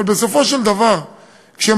אבל בסופו של דבר כשמערכת,